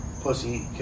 pussy